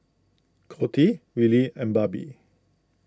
Coty Wylie and Barbie